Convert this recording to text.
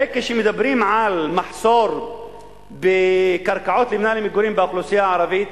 הרי כשמדברים על מחסור בקרקעות לבנייה למגורים באוכלוסייה הערבית,